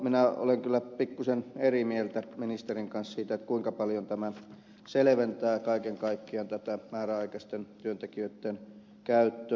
minä olen kyllä pikkuisen eri mieltä ministerin kanssa siitä kuinka paljon tämä selventää kaiken kaikkiaan tätä määräaikaisten työntekijöitten käyttöä